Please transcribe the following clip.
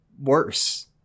worse